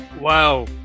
Wow